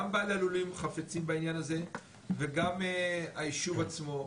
גם בעלי הלולים חפצים בעניין הזה וגם הישוב עצמו,